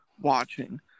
watching